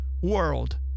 world